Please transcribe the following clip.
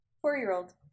Four-year-old